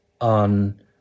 On